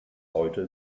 heute